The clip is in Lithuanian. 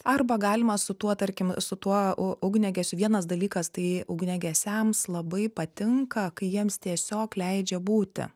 arba galima su tuo tarkim su tuo ugniagesiu vienas dalykas tai ugniagesiams labai patinka kai jiems tiesiog leidžia būti